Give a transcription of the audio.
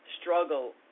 struggle